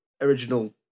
original